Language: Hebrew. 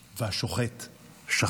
והשוחט שחט".